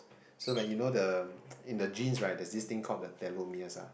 so that you know the in the genes right there's this thing called the telomeres ah